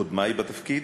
קודמי בתפקיד,